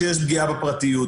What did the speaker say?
שיש פגיעה בפרטיות,